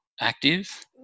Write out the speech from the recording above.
active